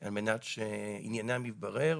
על מנת שעניינם יתברר.